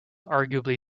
arguably